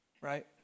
right